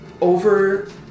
Over